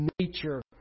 nature